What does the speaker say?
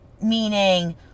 meaning